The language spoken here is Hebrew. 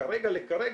מכרגע לכרגע,